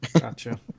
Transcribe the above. Gotcha